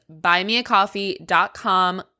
buymeacoffee.com